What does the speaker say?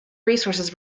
resources